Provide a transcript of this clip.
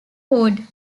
ward